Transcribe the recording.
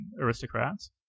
aristocrats